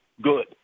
good